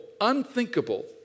unthinkable